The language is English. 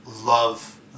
love